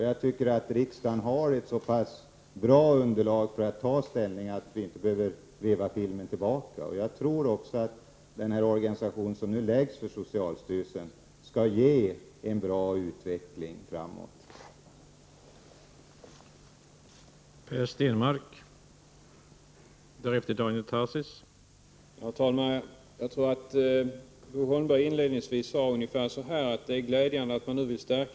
Jag tycker att riksdagen har ett så pass bra underlag för sitt ställningstagande att vi inte behöver veva filmen tillbaka. Jag tror att den organisation som nu fastställs för socialstyrelsen skall ge en bra utveckling i framtiden.